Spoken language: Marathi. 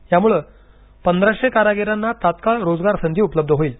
यामुळे पंधराशे कारागिरांना तत्काळ रोजगार संधी उपलब्ध होईल